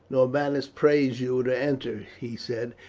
norbanus prays you to enter, he said,